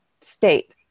state